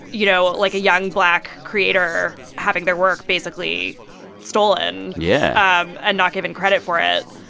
you know, like, a young black creator having their work basically stolen. yeah. um and not given credit for it,